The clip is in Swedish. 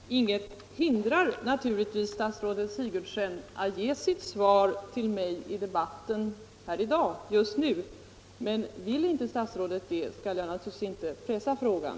Herr talman! Inget hindrar naturligtvis statsrådet Sigurdsen att ge sitt svar till mig i debatten här i dag. Men vill inte statsrådet det, skall jag inte pressa frågan.